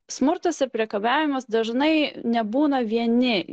smurtas ir priekabiavimas dažnai nebūna vieni